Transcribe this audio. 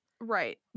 right